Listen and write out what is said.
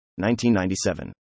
1997